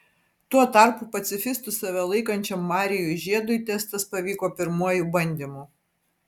tuo tarpu pacifistu save laikančiam marijui žiedui testas pavyko pirmuoju bandymu